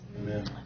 Amen